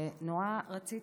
ונורא רציתי,